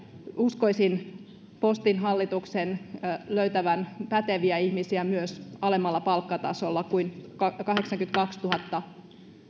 uskoisin postin hallituksen löytävän päteviä ihmisiä myös alemmalla palkkatasolla kuin kahdeksankymmentäkaksituhatta